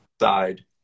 side